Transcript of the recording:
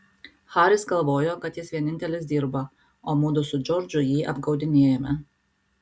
haris galvojo kad jis vienintelis dirba o mudu su džordžu jį apgaudinėjame